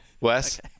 Wes